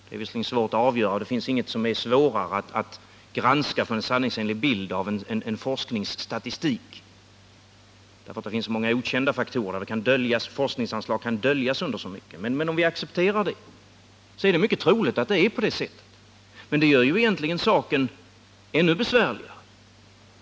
Det är visserligen svårt att avgöra — det finns ingenting som är svårare att få en sanningsenlig bild av i en forskningsstatistik, därför att där finns så många okända faktorer — forskningsanslag kan döljas under så mycket — men låt oss acceptera att det är på det sättet. Det gör egentligen bara saken ännu besvärligare.